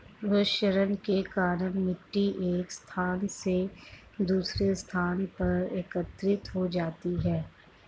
भूक्षरण के कारण मिटटी एक स्थान से दूसरे स्थान पर एकत्रित हो जाती है